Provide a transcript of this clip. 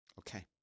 Okay